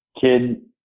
kid